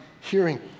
hearing